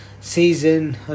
season